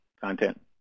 content